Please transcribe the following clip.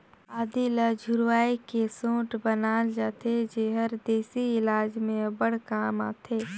आदी ल झुरवाए के सोंठ बनाल जाथे जेहर देसी इलाज में अब्बड़ काम आथे